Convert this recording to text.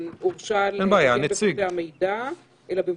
ההכרזה מונחת על שולחן הוועדה אין לחברי הוועדה שום